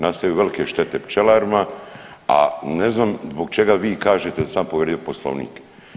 Nastaju velike štete pčelarima, a ne znam zbog čega vi kažete da sam ja povrijedio Poslovnik.